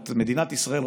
את מדינת ישראל,